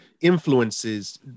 influences